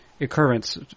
occurrence